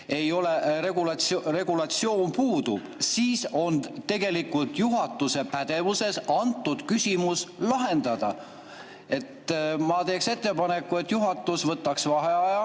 regulatsioon puudub, siis on tegelikult juhatuse pädevuses antud küsimus lahendada. Ma teen ettepaneku, et juhatus võtaks vaheaja